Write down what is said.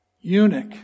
eunuch